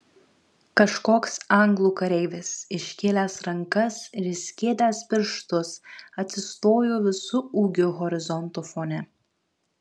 kažkoks anglų kareivis iškėlęs rankas ir išskėtęs pirštus atsistojo visu ūgiu horizonto fone